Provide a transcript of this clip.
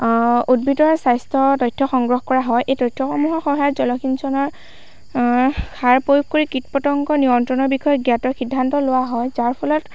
উদ্ভিদৰ স্বাস্থ্যৰ তথ্য সংগ্ৰহ কৰা হয় আৰু তথ্যসমূহৰ সহায়ত জলসিঞ্চনৰ সাৰ প্ৰয়োগ কৰি কীট পতংগ নিয়ন্ত্ৰণৰ বিষয়ে জ্ঞাত সিদ্ধান্ত লোৱা হয় যাৰ ফলত